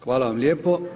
Hvala vam lijepo.